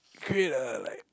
create a like